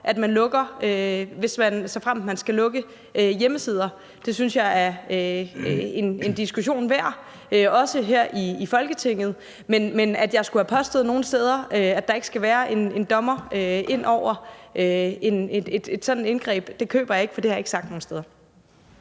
er inde over, såfremt man skal lukke hjemmesider; det synes jeg er en diskussion værd, også her i Folketinget, men at jeg skulle have påstået nogen steder, at der ikke skal være en dommer, som skal ind over et sådant indgreb, køber jeg ikke, for det har jeg ikke sagt nogen steder.